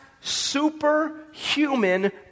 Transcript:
superhuman